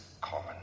common